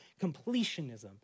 completionism